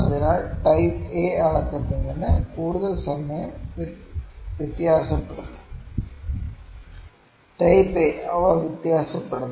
അതിനാൽ type A അളക്കുന്നതിന് കൂടുതൽ സമയം വ്യത്യാസപ്പെടുന്നു ടൈപ്പ് എ അവ വ്യത്യാസപ്പെടുന്നു